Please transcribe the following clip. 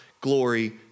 glory